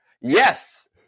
Yes